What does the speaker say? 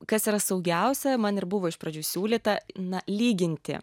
kas yra saugiausia man ir buvo iš pradžių siūlyta na lyginti